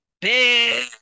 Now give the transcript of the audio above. big